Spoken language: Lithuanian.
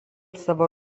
savo